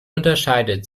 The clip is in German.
unterscheidet